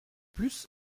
plus